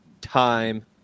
time